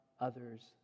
others